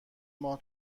ماه